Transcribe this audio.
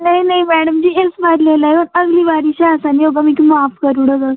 नेईंं नेईं मैडम जी इस बार लेई लैओ अगली बारी शा ऐसा निं होगा मिगी माफ करी ओड़ो तुस